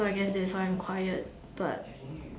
so I guess that's why I'm quiet but